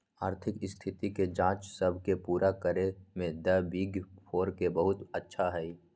आर्थिक स्थिति के जांच सब के पूरा करे में द बिग फोर के बहुत अच्छा हई